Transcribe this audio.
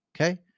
Okay